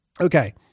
Okay